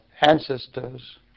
ancestors